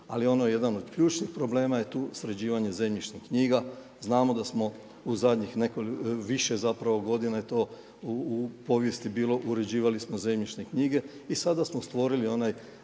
Ali ono je jedan od ključnih problema je tu sređivanje zemljišnih knjiga. Znamo da smo u zadnjih nekoliko, više zapravo godina je to u povijesti bilo, uređivali smo zemljišne knjige. I sada smo stvorili onaj